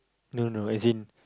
no no no as in